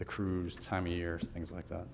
the cruise time of year things like that